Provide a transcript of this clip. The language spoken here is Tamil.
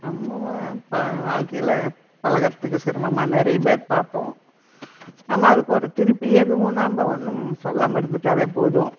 நம்ம வ ப வாழ்க்கையில் பழகுகிறதுக்கு சிரமமாக நிறையப் பேர் பார்ப்போம் நம்ம அதுக்கு ஒரு திருப்பி எதுவும் நம்ப ஒன்றும் சொல்லாமல் இருந்துட்டாவே போதும்